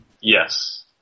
Yes